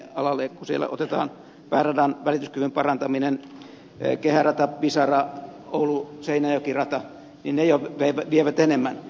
kun siellä otetaan pääradan välityskyvyn parantaminen kehärata pisara ouluseinäjoki rata niin ne jo vievät enemmän